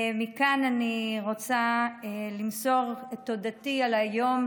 ומכאן אני רוצה למסור את תודתי על היום